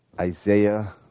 Isaiah